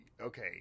okay